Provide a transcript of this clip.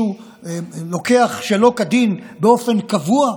ומישהו לוקח שלא כדין באופן קבוע,